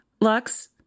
Lux